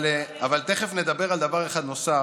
אבל תכף נדבר על דבר אחד נוסף,